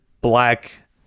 black